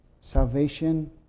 Salvation